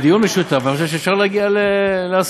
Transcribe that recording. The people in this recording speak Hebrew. אני חושב שבדיון משותף אפשר להגיע להסכמות.